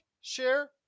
share